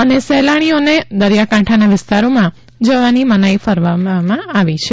અને સહેલાણીઓને દરિયાકાંઠાના વિસ્તારોમાં જવાની મનાઈ ફરમાવવામાં આવી છે